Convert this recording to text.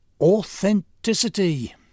authenticity